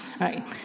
right